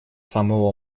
самого